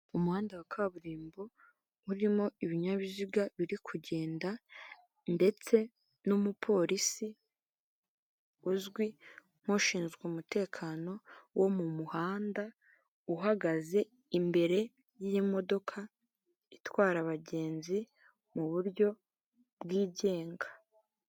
Umuhanda wa kaburimbo urimo ibinyabiziga biri kugenda ndetse n'umupolisi uzwi nk'ushinzwe umutekano wo mu muhanda uhagaze imbere y'imodoka itwara abagenzi mu buryo bwigenga.